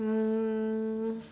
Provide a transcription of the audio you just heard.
um